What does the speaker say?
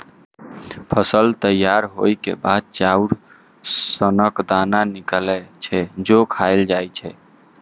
फसल तैयार होइ के बाद चाउर सनक दाना निकलै छै, जे खायल जाए छै